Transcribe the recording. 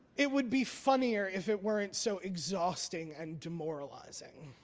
it would be funnier if it weren't so exhausting and demoralizing.